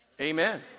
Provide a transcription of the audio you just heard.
Amen